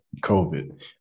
COVID